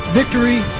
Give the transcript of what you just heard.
victory